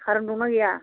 थारुन दंना गैया